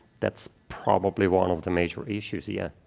that's probably one of the major issues, yeah.